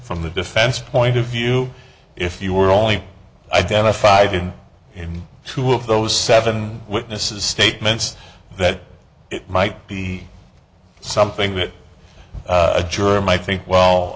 from the defense point of view if you were only identified in two of those seven witnesses statements that it might be something that a jury might think well